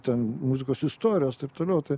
ten muzikos istorijos taip toliau tai